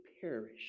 perish